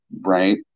right